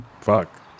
fuck